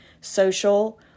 social